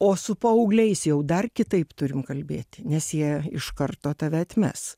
o su paaugliais jau dar kitaip turim kalbėti nes jie iš karto tave atmes